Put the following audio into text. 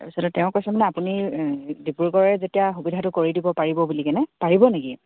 তাৰপিছতে তেওঁ কৈছে মানে আপুনি ডিব্ৰুগড়ৰে যেতিয়া সুবিধাটো কৰি দিব পাৰিব বুলি কেনে পাৰিব নেকি